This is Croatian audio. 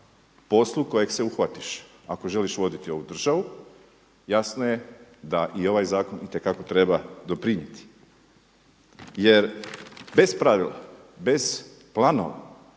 poslu kojeg se uhvatiš. Ako želiš voditi ovu državu jasno je da i ovaj zakon itekako treba doprinijeti. Jer bez pravila, bez planova